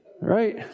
Right